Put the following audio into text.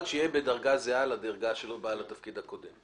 שיהיה בדרגה זהה לדרגה של בעל התפקיד הקודם.